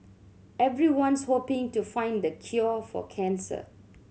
everyone's hoping to find the cure for cancer